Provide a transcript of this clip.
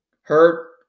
hurt